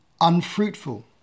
unfruitful